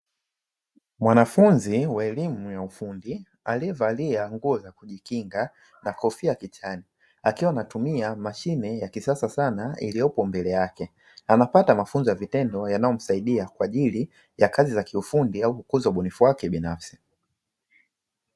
Mwanafunzi wa elimu ya ufundi aliyevalia nguo za kujikinga na kofia kichwani akiwa anatumia mashine ya kisasa sana iliyoko mbele yake. Anapata mafunzo ya vitendo yanayomsaidia kwa ajili ya kazi za kiufundi au kukuza ubunifu wake binafsi.